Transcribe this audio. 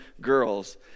girls